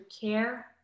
care